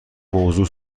موضوع